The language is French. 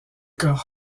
que